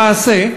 למעשה,